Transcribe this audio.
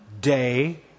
day